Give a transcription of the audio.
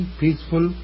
peaceful